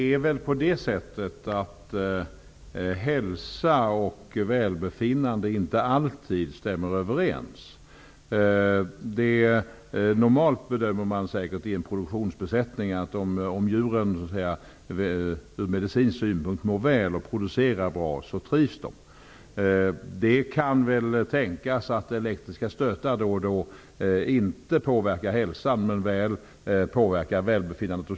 Fru talman! Hälsa och välbefinnande stämmer inte alltid överens. Normalt anser man säkert att om djuren i en produktionsbesättning mår väl ur medicinsk synpunkt och producerar bra så trivs de. Det kan väl tänkas att elektriska stötar som djuret får då och då inte påverkar hälsan men väl välbefinnandet.